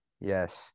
Yes